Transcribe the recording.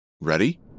Ready